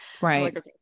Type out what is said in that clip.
Right